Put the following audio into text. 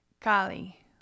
Kali